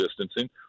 distancing